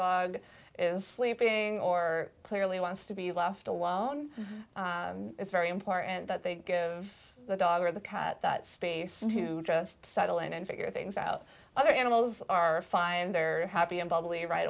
dog is sleeping or clearly wants to be left alone it's very important that they give the dog or the cut that space to trust settle and figure things out other animals are fine they're happy and bubbly right